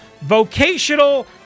Vocational